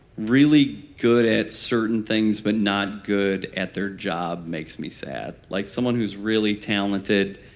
really good at certain things but not good at their job makes me sad. like someone who's really talented.